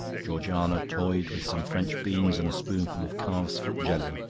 georgiana toyed with some french beans and a spoonful of calves'-foot jelly.